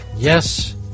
Yes